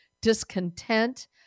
discontent